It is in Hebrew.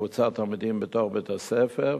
לקבוצת תלמידים בתוך בית-הספר,